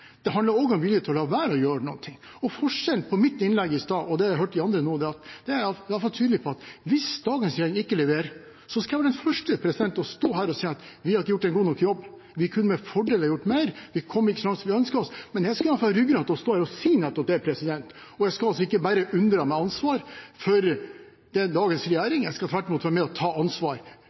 Det handler også om vilje til å la være å gjøre noe. Forskjellen på mitt innlegg i stad og de innleggene jeg har hørt fra andre, er at jeg er tydelig på at hvis dagens regjering ikke leverer, skal jeg være den første til å stå her og si at vi ikke har gjort en god nok jobb – vi kunne med fordel ha gjort mer, vi kom ikke så langt som vi ønsket oss. Jeg skal ha ryggrad til å stå her og si nettopp det. Jeg skal ikke unndra meg ansvar, jeg skal tvert imot være med og ta ansvar